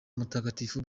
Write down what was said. mutagatifu